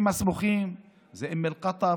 סגרו זה את עין עפייה,